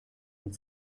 und